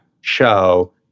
show